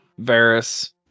Varys